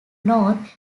north